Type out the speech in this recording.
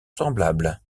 semblables